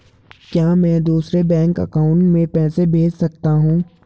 क्या मैं दूसरे बैंक अकाउंट में पैसे भेज सकता हूँ?